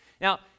Now